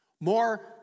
More